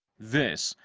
this,